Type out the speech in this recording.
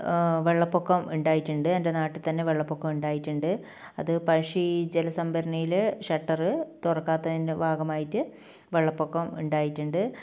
വെള്ളപ്പൊക്കം ഉണ്ടായിട്ടുണ്ട് എൻ്റെ നാട്ടിൽ തന്നെ വെള്ളപ്പൊക്കം ഉണ്ടായിട്ടുണ്ട് അത് പഴശ്ശി ജലസംഭരണിയിൽ ഷട്ടർ തുറക്കാത്തതിൻ്റെ ഭാഗമായിട്ട് വെള്ളപ്പൊക്കം ഉണ്ടായിട്ടുണ്ട്